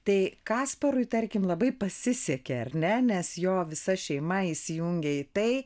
tai kasparui tarkim labai pasisekė ar ne nes jo visa šeima įsijungia į tai